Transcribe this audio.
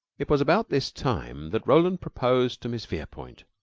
it was about this time that roland proposed to miss verepoint.